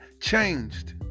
changed